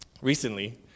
recently